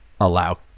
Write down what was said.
allow